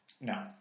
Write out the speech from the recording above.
No